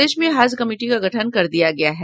प्रदेश में हज कमिटी का गठन कर दिया गया है